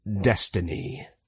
destiny